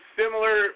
similar